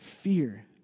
fear